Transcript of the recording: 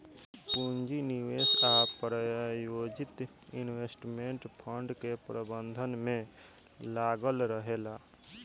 पूंजी निवेश आ प्रायोजित इन्वेस्टमेंट फंड के प्रबंधन में लागल रहेला